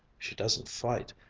she doesn't fight.